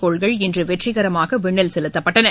கோள்கள் இன்றுவெற்றிகரமாகவிண்ணில் செலுத்தப்பட்டன